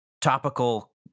topical